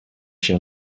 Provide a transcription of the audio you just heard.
się